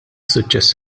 suċċess